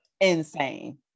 insane